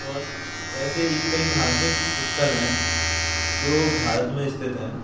और ऐसे ही कई धार्मिक स्थल हैं जो भारत में स्थित हैं